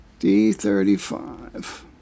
D35